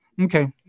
okay